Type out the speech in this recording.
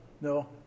No